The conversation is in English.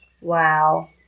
Wow